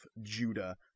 Judah